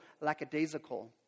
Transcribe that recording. lackadaisical